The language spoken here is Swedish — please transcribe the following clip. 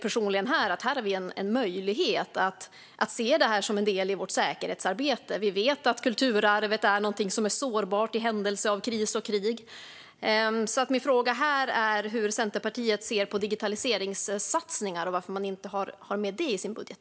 Personligen ser jag att vi här har en möjlighet att se detta som en del i vårt säkerhetsarbete. Vi vet att kulturarvet är någonting som är sårbart i händelse av kris och krig. Min fråga är hur Centerpartiet ser på digitaliseringssatsningar och varför man inte har med det i sin budget.